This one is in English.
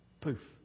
Poof